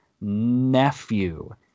nephew